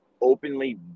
openly